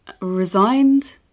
resigned